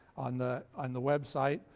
on the on the website.